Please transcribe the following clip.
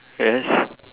yes